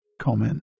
Comment